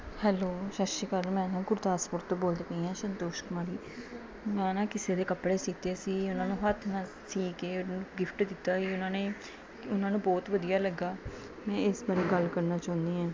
hello ਸਤਿ ਸ਼੍ਰੀ ਅਕਾਲ ਮੈਂ ਨਾ ਗੁਰਦਾਸਪੁਰ ਤੋਂ ਬੋਲਦੇ ਪਈ ਹਾਂ ਸ਼ੰਤੋਸ਼ ਕੁਮਾਰੀ ਮੈਂ ਨਾ ਕਿਸੇ ਦੇ ਕੱਪੜੇ ਸਿੱਤੇ ਸੀ ਉਹਨਾਂ ਨੂੰ ਹੱਥ ਨਾਲ ਸੀ ਕੇ ਉਹਨੂੰ ਗਿਫਟ ਦਿੱਤਾ ਸੀ ਉਹਨਾਂ ਨੇ ਉਹਨਾਂ ਨੂੰ ਬਹੁਤ ਵਧੀਆ ਲੱਗਾ ਮੈਂ ਇਸ ਬਾਰੇ ਗੱਲ ਕਰਨਾ ਚਾਹੁੰਦੀ ਹਾਂ